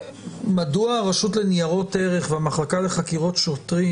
מדוע הרשות לניירות ערך והמחלקה לחקירות שוטרים